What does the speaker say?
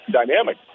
dynamic